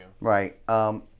Right